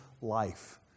life